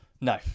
No